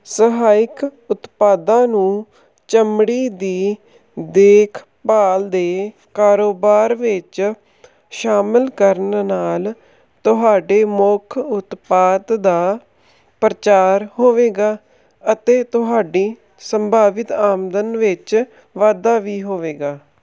ਸਹਾਇਕ ਉਤਪਾਦਾਂ ਨੂੰ ਚਮੜੀ ਦੀ ਦੇਖਭਾਲ ਦੇ ਕਾਰੋਬਾਰ ਵਿੱਚ ਸ਼ਾਮਲ ਕਰਨ ਨਾਲ ਤੁਹਾਡੇ ਮੁੱਖ ਉਤਪਾਦ ਦਾ ਪ੍ਰਚਾਰ ਹੋਵੇਗਾ ਅਤੇ ਤੁਹਾਡੀ ਸੰਭਾਵਿਤ ਆਮਦਨ ਵਿੱਚ ਵਾਧਾ ਵੀ ਹੋਵੇਗਾ